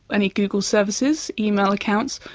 any google services, email accounts,